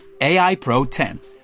AIPRO10